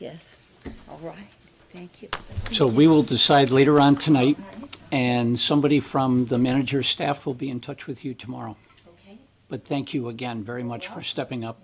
all right thank you so we will decide later on tonight and somebody from the manager staff will be in touch with you tomorrow but thank you again very much for stepping up